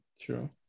True